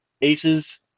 Aces